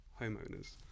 homeowners